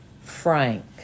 Frank